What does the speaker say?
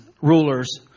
rulers